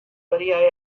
worry